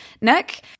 Nick